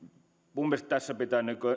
minun mielestäni tässä pitää